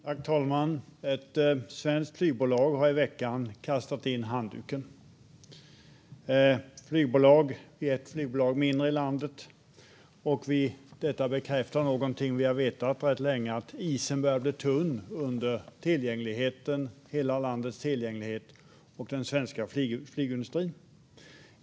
Fru talman! Ett svenskt flygbolag har i veckan kastat in handduken. Det är ett flygbolag mindre i landet, och detta bekräftar något som vi har vetat rätt länge, nämligen att isen börjar bli tunn under hela landets tillgänglighet och den svenska flygindustrin.